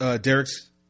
Derek's